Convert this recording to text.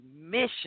mission